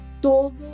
todo